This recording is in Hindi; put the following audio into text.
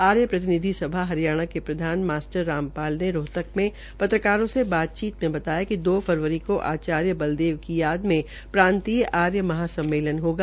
आर्य प्रतिनिधि सभा हरियाणा के प्रधान मास्टर रामपाल ने रोहतक में पत्रकारों से बातचीत में बताया कि दो फरवरी को आयार्च बलदेव की यादमें प्रांतीय आर्य महा सम्मेलन होगा